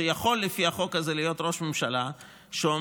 שיכול לפי החוק הזה להיות ראש ממשלה שאומר: